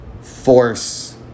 Force